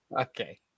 Okay